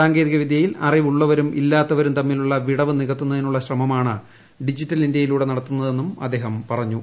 സാങ്കേതിക വിദ്യയിൽ് അറിവ് ഉളളവരും ഇല്ലാത്തവരും തമ്മിലുളള വിടവ് നികത്തുന്നതിനുളള ശ്രമമാണ് ഡിജിറ്റൽ ഇന്ത്യയിലൂടെ നടത്തുന്നതെന്നും അദ്ദേഹം പറഞ്ഞു